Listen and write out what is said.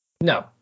No